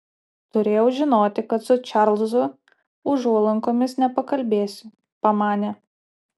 turėjau žinoti kad su čarlzu užuolankomis nepakalbėsi pamanė